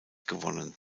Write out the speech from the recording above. gewonnen